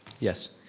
yes?